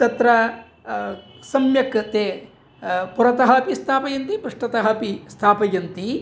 तत्र सम्यक् ते पुरतः अपि स्थापयन्ति पृष्ठतःअपि स्थापयन्ति